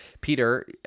Peter